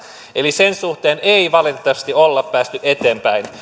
eli sen suhteen ei valitettavasti olla päästy eteenpäin